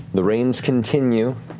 the rains continue,